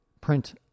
print